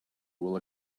will